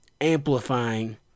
amplifying